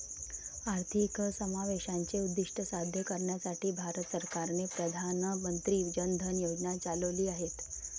आर्थिक समावेशाचे उद्दीष्ट साध्य करण्यासाठी भारत सरकारने प्रधान मंत्री जन धन योजना चालविली आहेत